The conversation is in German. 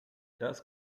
das